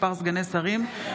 מספר סגני שרים),